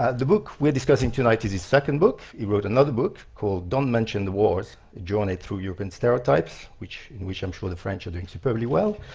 ah the book we are discussing tonight is his second book. he wrote another book called, don't mention the wars, a journey through european stereotypes, which which i'm sure the french are doing superbly well.